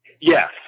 Yes